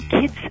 kids